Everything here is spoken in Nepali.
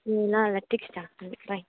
उनीहरूलाई ठिक छ पढ्नुकोलाई